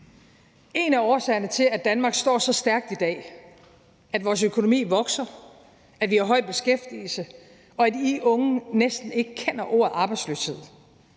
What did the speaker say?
af årsagerne til, at Danmark står så stærkt i dag, er, at vores økonomi vokser, at vi har høj beskæftigelse, og at I unge næsten ikke kender ordet arbejdsløshed.